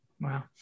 Wow